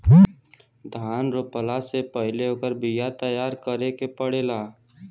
धान रोपला से पहिले ओकर बिया तैयार करे के पड़ेला